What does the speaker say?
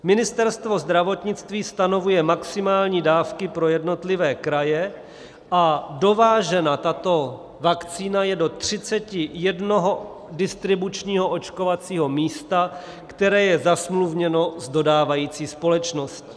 Ministerstvo zdravotnictví stanovuje maximální dávky pro jednotlivé kraje a dovážena je tato vakcína do třicet jednoho distribučního očkovacího místa, které je zasmluvněno s dodávající společností.